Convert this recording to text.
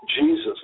Jesus